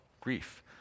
grief